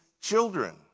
children